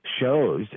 shows